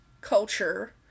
culture